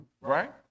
right